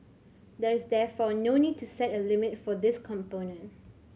there is therefore no need to set a limit for this component